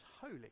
holy